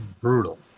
Brutal